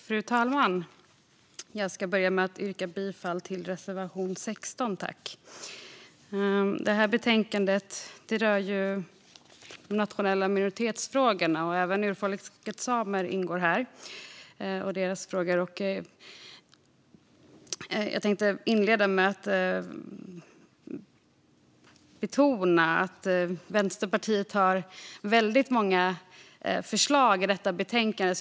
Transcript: Fru talman! Jag börjar med att yrka bifall till reservation 16. Det här betänkandet rör frågor om de nationella minoriteterna. Även urfolket samer och deras frågor ingår. Vänsterpartiet har väldigt många förslag som tas upp i betänkandet.